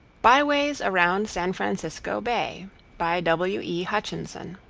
byways around san francisco bay by w. e. hutchinson